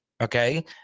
Okay